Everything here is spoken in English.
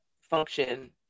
function